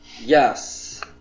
Yes